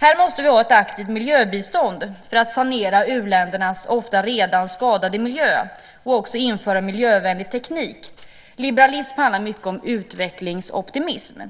Här måste vi ha ett aktivt miljöbistånd för att sanera u-ländernas ofta redan skadade miljö och också införa miljövänlig teknik. Liberalism handlar mycket om utvecklingsoptimism.